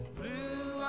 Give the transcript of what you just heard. blue